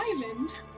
Diamond